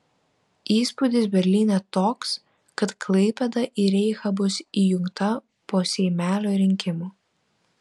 įspūdis berlyne toks kad klaipėda į reichą bus įjungta po seimelio rinkimų